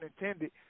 intended